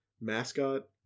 mascot